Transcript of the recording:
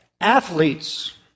athletes